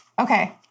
Okay